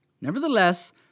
Nevertheless